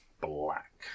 black